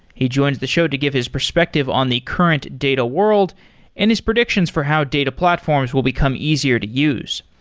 he joins the show to give his perspective on the current data world and his predictions for how data platforms will become easier to use.